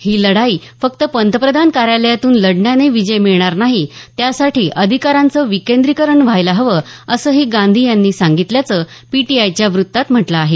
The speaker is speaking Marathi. ही लढाई फक्त पंतप्रधान कार्यालयातून लढण्याने विजय मिळणार नाही त्यासाठी अधिकारांचं विकेंद्रीकरण व्हायला हवं असंही गांधी यांनी सांगितल्याचं पीटीआयच्या वृत्तात म्हटलं आहे